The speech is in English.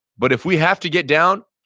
but if we have to get down,